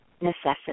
necessity